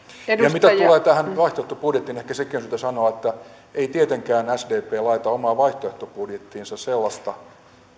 mitä tulee tähän vaihtoehtobudjettiin ehkä sekin on syytä sanoa että ei tietenkään sdp laita omaan vaihtoehtobudjettiinsa sellaista